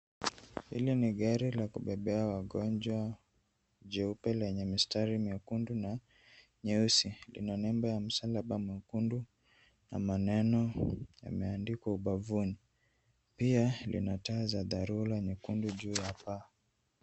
Hili ni gari la kubebea wagonjwa jeupe lenye mistari myekundu na nyeusi. Ina nembo ya msalaba mwekundu na maneno yameandikwa ubavuni. Pia lina taa za dharura nyekundu juu ya paa.